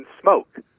smoke